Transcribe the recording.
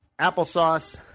Applesauce